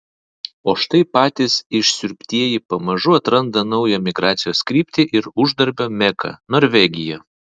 o štai patys išsiurbtieji pamažu atranda naują migracijos kryptį ir uždarbio meką norvegiją